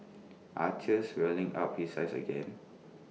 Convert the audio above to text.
are tears welling up his eyes again